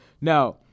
Now